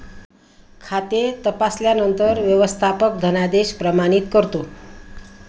खाते तपासल्यानंतर व्यवस्थापक धनादेश प्रमाणित करतो